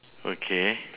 okay